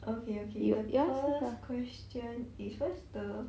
you ask lah